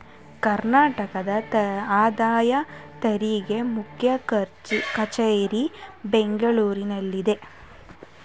ಕರ್ನಾಟಕದ ಆದಾಯ ತೆರಿಗೆ ಮುಖ್ಯ ಕಚೇರಿ ಬೆಂಗಳೂರಿನಲ್ಲಿದೆ